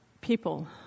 people